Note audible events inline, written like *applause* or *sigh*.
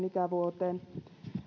*unintelligible* ikävuoteen